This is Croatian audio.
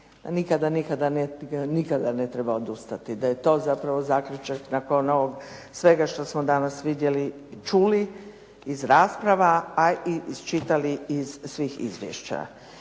a nikada ne treba odustati, da je to zapravo zaključak nakon ovog svega što smo danas vidjeli i čuli iz rasprava a i iščitali iz svih izvješća.